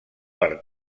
per